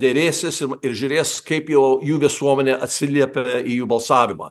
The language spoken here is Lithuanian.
derėsis ir žiūrės kaip jau jų visuomenė atsiliepia į jų balsavimą